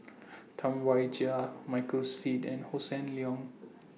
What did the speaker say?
Tam Wai Jia Michael Seet and Hossan Leong